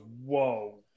whoa